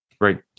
Right